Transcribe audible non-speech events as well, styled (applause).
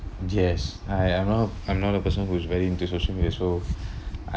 yes I am not I'm not a person who's very into social media so (breath) I